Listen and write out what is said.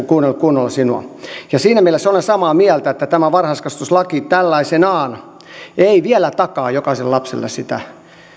kuunnellut kunnolla sinua siinä mielessä olen samaa mieltä että varhaiskasvatuslaki tällaisenaan ei vielä takaa jokaiselle lapselle sitä